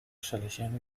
salesiano